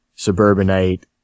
Suburbanite